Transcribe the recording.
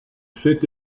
fait